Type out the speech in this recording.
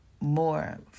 more